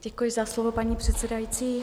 Děkuji za slovo, paní předsedající.